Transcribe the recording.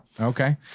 Okay